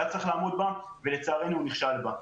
צריך לעמוד בה ולצערנו הוא נכשל בה.